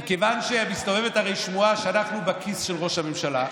מכיוון שמסתובבת הרי שמועה שאנחנו בכיס של ראש הממשלה,